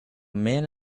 man